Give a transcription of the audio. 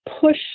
push